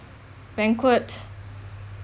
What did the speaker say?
banquet